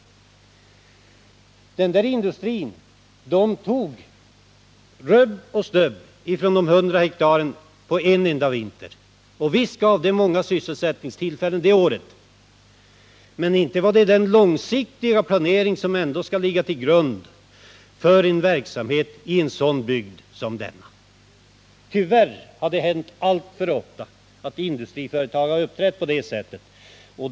Denna industri tog rubb och stubb från de 100 hektaren på en enda vinter. Visst gav det många sysselsättningstillfällen det året. Men inte var det ett uttryck för den långsiktiga planering som skall ligga till grund för verksamheten i en bygd som denna. Tyvärr har det hänt alltför ofta att industriföretag uppträtt på det sättet.